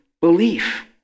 Belief